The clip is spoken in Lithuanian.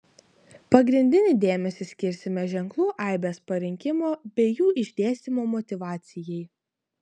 pagrindinį dėmesį skirsime ženklų aibės parinkimo bei jų išdėstymo motyvacijai